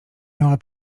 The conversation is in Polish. miała